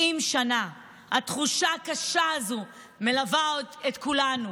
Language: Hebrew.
70 שנה התחושה הקשה הזו מלווה את כולנו,